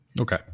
Okay